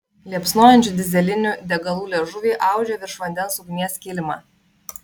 liepsnojančių dyzelinių degalų liežuviai audžia virš vandens ugnies kilimą